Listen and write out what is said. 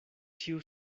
ĉiu